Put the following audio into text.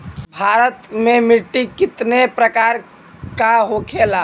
भारत में मिट्टी कितने प्रकार का होखे ला?